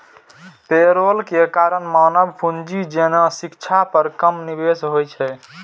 payroll के कारण मानव पूंजी जेना शिक्षा पर कम निवेश होइ छै